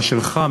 לא שלך,